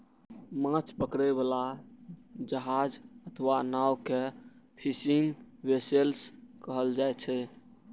माछ पकड़ै बला जहाज अथवा नाव कें फिशिंग वैसेल्स कहल जाइ छै